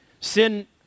Sin